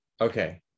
Okay